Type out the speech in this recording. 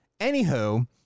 Anywho